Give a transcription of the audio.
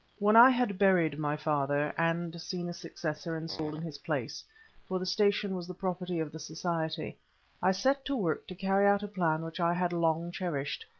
when i had buried my father, and seen a successor installed in his place for the station was the property of the society i set to work to carry out a plan which i had long cherished,